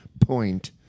point